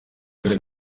karere